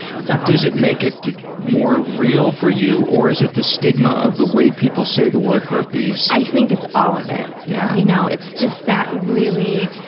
so. does it make it more real for you, or is it the stigma of the way people say the word herpes? i think it's all of it. yeah. you know, it's just that really